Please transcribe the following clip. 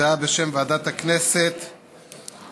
הודעה בשם ועדת הכנסת לכם,